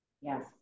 Yes